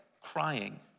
crying